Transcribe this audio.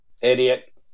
Idiot